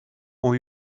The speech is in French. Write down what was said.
ont